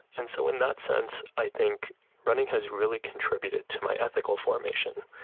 and so in that sense, i think running has really contributed to my ethical formation,